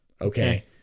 Okay